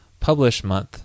publishMonth